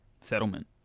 settlement